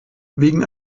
wegen